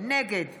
נגד